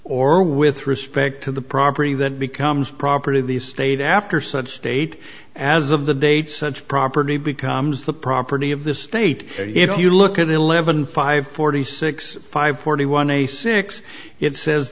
or with respect to the property that becomes property of the state after such state as of the date such property becomes the property of the state if you look at eleven five forty six five forty one a six it says